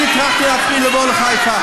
אני הטרחתי את עצמי לבוא לחיפה,